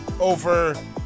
over